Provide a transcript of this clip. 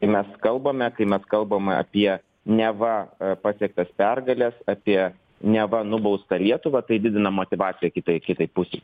kai mes kalbame kai mes kalbame apie neva pasiektas pergales apie neva nubaustą lietuvą tai didina motyvaciją kitai kitai pusei